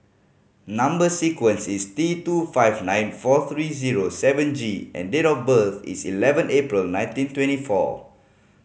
number sequence is T two five nine four three zero seven G and date of birth is eleven April nineteen twenty four